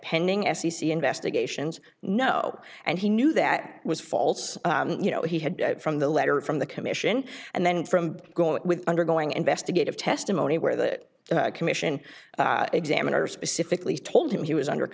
pending f c c investigations no and he knew that was false you know he had from the letter from the commission and then from going with undergoing investigative testimony where the commission examiners specifically told him he was under